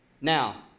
Now